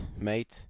mate